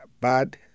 bad